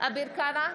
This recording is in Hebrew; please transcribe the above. אביר קארה,